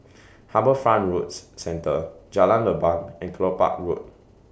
HarbourFront Roads Centre Jalan Leban and Kelopak Road